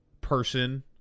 person